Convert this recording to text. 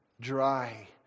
Dry